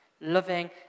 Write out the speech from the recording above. Loving